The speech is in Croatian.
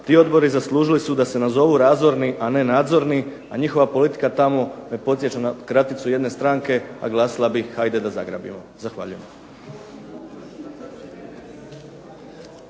ti odbori su zaslužili da se nazovu razorni a ne nadzorni, a njihova politika me podsjeća tamo na kraticu jedne stranke a glasila bi hajde da zagrabimo. **Šeks,